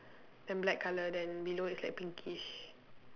then black colour then below is like pinkish